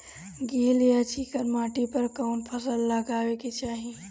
गील या चिकन माटी पर कउन फसल लगावे के चाही?